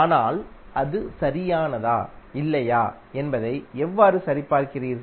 ஆனால் அது சரியானதா இல்லையா என்பதை எவ்வாறு சரிபார்க்கிறீர்கள்